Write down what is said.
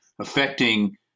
affecting